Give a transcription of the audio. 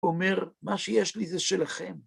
אומר, מה שיש לי זה שלכם.